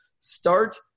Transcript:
start